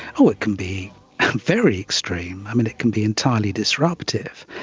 oh it can be very extreme, um and it can be entirely disruptive.